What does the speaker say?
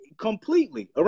Completely